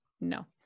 No